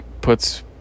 puts